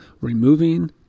removing